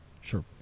sure